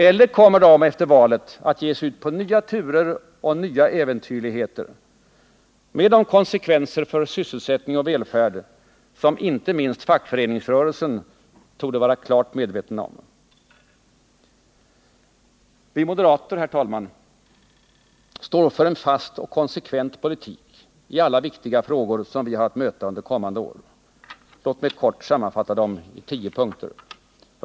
Eller kommer de efter valet att ge sig ut på nya turer och nya äventyrligheter, med de konsekvenser för sysselsättning och välfärd som icke minst fackföreningsrörelsen torde vara klart medveten Herr talman! Vi moderater står för en fast och konsekvent politik i alla de viktiga frågor som vi har att möta under de kommande åren. Låt mig helt kort sammanfatta dem i tio punkter: i.